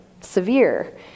severe